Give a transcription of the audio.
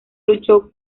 luchó